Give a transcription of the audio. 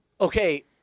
okay